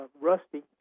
Rusty